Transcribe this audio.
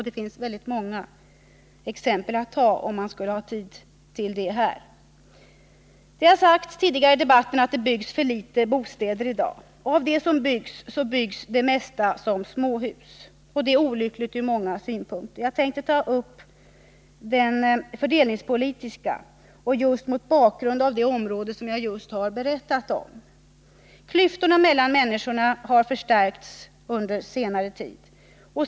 Det finns många exempel att redovisa, om man skulle ha tid till det här. Det har sagts tidigare i debatten att det byggs för litet bostäder i dag. Och av det som byggs, byggs det mesta som småhus. Det är olyckligt ur många synpunkter. Jag tänkte ta upp den fördelningspolitiska synpunkten och göra det just mot bakgrund av det område som jag här berättat om. Klyftorna mellan människorna har förstärkts under senare tid.